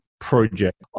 project